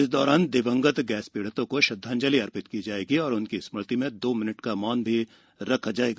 प्रार्थना सभा में दिवंगत गैस पीडितों को श्रद्वांजलि अर्पित की जायेगी और उनकी स्मृति में दो मिनिट का मौन भी रखा जाएगा